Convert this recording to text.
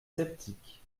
sceptique